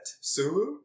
Sulu